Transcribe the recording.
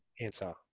answer